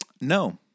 No